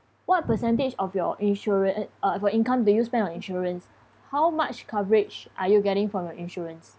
what percentage of your insura~ uh your income do you spend on insurance how much coverage are you getting from your insurance